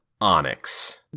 onyx